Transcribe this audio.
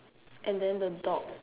and then the dog